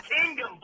kingdom